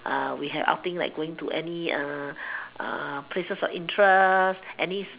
we have outing like going to any places of interest any